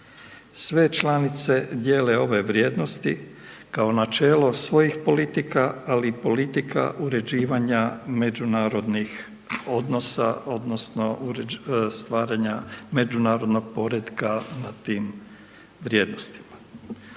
Sve članice dijele ove vrijednosti kao načelo svojih politika, ali i politika uređivanja međunarodnih odnosa odnosno stvaranja međunarodnog poretka na tim vrijednostima.